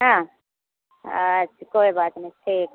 हँ अच्छे कोइ बात नहि ठीक